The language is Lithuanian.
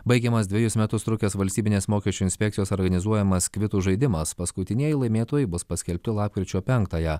baigiamas dvejus metus trukęs valstybinės mokesčių inspekcijos organizuojamas kvitų žaidimas paskutinieji laimėtojai bus paskelbti lapkričio penktąją